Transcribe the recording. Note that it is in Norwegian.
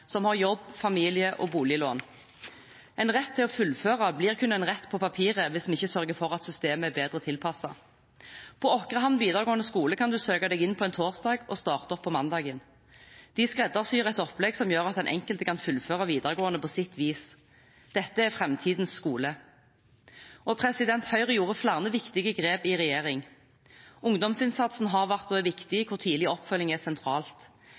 som har jobb, familie og boliglån. En rett til å fullføre blir kun en rett på papiret hvis vi ikke sørger for at systemet er bedre tilpasset. På Åkrehamn videregående skole kan man søke seg inn på en torsdag og starte opp på mandagen. De skreddersyr et opplegg som gjør at den enkelte kan fullføre videregående på sitt vis. Dette er framtidens skole. Høyre gjorde flere viktige grep i regjering. Ungdomsinnsatsen har vært og er viktig, hvor tidlig oppfølging er sentralt.